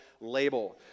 label